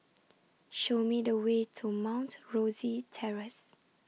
Show Me The Way to Mount Rosie Terrace